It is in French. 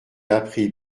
appris